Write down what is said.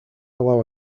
allow